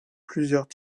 plusieurs